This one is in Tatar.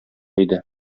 иде